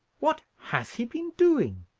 what has he been doing?